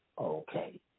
okay